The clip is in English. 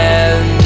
end